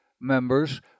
members